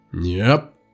Yep